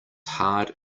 hard